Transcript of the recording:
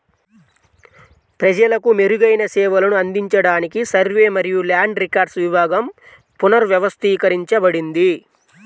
ప్రజలకు మెరుగైన సేవలను అందించడానికి సర్వే మరియు ల్యాండ్ రికార్డ్స్ విభాగం పునర్వ్యవస్థీకరించబడింది